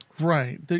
Right